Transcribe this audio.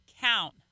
count